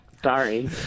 Sorry